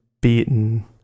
beaten